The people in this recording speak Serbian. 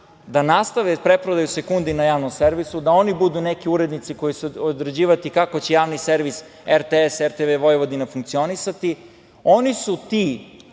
da nastave preprodaju sekundi na javnom servisu, da oni budu neki urednici koji će određivati kako će javni servis RTS i RTV funkcionisati. Oni su ti